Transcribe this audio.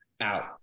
out